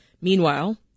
Meanwhile